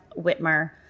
Whitmer